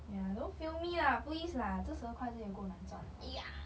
ya don't fail me ah please lah 这十二块真的有够难赚